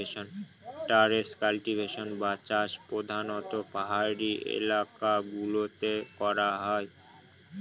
terrace cultivation বা চাষ প্রধানত পাহাড়ি এলাকা গুলোতে করা হয়